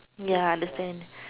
ya understand